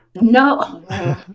No